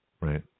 Right